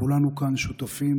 כולנו כאן שותפים